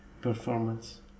performance